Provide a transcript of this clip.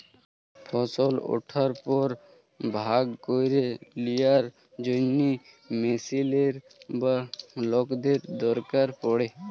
ফসল উঠার পর ভাগ ক্যইরে লিয়ার জ্যনহে মেশিলের বা লকদের দরকার পড়ে